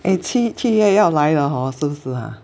eh 七七月要来了 hor 深思啊